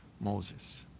Moses